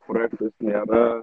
projektas nėra